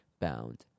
bound